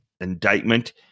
indictment